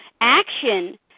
action